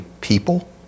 people